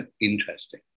interesting